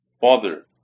Father